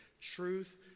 Truth